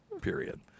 period